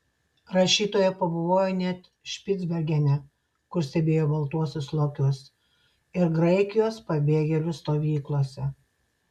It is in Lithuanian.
rašytoja pabuvojo net špicbergene kur stebėjo baltuosius lokius ir graikijos pabėgėlių stovyklose